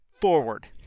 forward